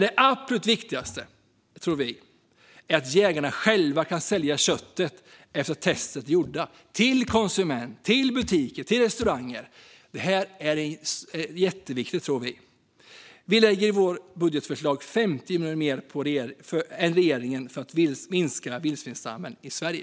Det absolut viktigaste är dock, tror vi, att jägarna, efter att testerna är gjorda, själva kan sälja köttet till konsumenter, butiker och restauranger. Det här tror vi är jätteviktigt, och vi lägger i vårt budgetförslag 50 miljoner mer än regeringen för att minska vildsvinsstammen i Sverige.